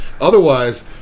Otherwise